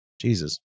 Jesus